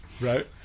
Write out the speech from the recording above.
Right